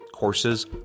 Courses